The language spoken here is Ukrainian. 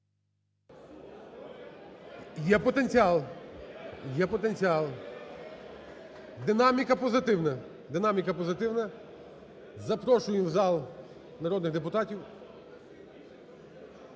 Є потенціал. Є потенціал, динаміка позитивна. Динаміка позитивна, запрошую в зал народних депутатів.